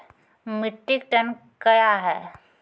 Metric ton कया हैं?